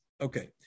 Okay